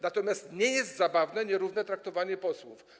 Natomiast nie jest zabawne nierówne traktowanie posłów.